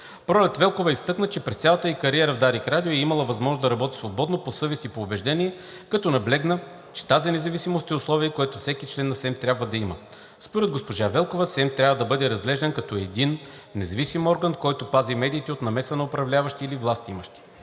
Пролет Велкова изтъкна, че през цялата ѝ кариера в Дарик радио е имала възможност да работи свободно, по съвест и по убеждение, като наблегна, че тази независимост е условие, което всеки член на СЕМ трябва да има. Според госпожа Велкова, СЕМ трябва да бъде разглеждан като един независим орган, който пази медиите от намеса на управляващи или властимащи.